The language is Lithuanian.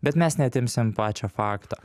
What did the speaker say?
bet mes neatimsim pačio fakto